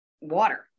water